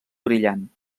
brillant